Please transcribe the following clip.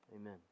Amen